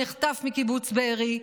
שנחטף מקיבוץ בארי,